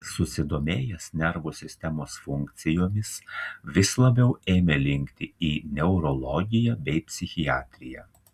susidomėjęs nervų sistemos funkcijomis vis labiau ėmė linkti į neurologiją bei psichiatriją